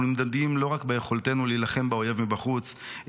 אנחנו נמדדים לא רק ביכולתנו להילחם באויב מבחוץ,